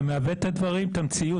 אתה מעוות את הדברים, את המציאות.